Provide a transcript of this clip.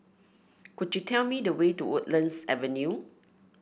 could you tell me the way to Woodlands Avenue